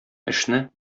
эшне